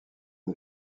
des